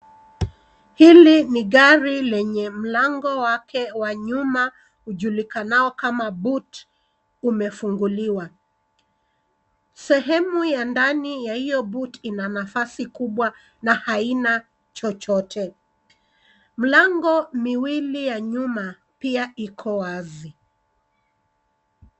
Hili ni gari lenye mlango wake wa nyuma ujulikanao kama boot umefunguliwa, sehemu ya ndani ya hiyo boot ina nafasi kubwa na aina chochote mlango miwili ya nyuma pia iko wazi.